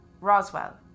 Roswell